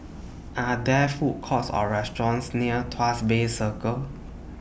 Are There Food Courts Or restaurants near Tuas Bay Circle